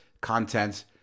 content